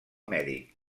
mèdic